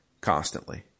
constantly